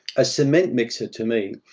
a cement mixer, to me,